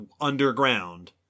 underground